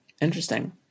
Interesting